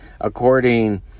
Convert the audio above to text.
according